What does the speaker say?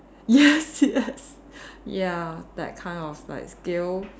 yes yes ya that kind of like skill